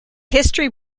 history